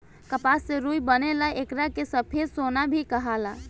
कपास से रुई बनेला एकरा के सफ़ेद सोना भी कहाला